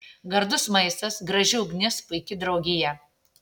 gardus maistas graži ugnis puiki draugija